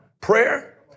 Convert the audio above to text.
prayer